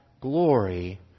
glory